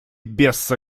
без